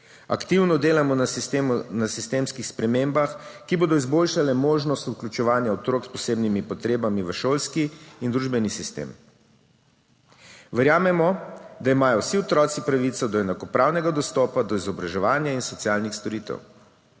Aktivno delamo na sistemskih spremembah, ki bodo izboljšale možnost vključevanja otrok s posebnimi potrebami v šolski in družbeni sistem. Verjamemo, da imajo vsi otroci pravico do enakopravnega dostopa do izobraževanja in socialnih storitev.